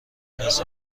نیست